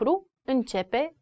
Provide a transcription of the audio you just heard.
începe